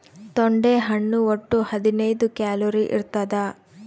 ತೊಂಡೆ ಹಣ್ಣು ಒಟ್ಟು ಹದಿನೈದು ಕ್ಯಾಲೋರಿ ಇರ್ತಾದ